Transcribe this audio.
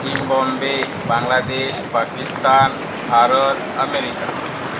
Zimbabwe Bangladesh Pakistan Bharat America